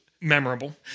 memorable